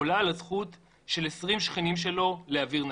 עולה על הזכות של 20 שכנים שלו לאוויר נקי?